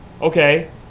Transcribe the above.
Okay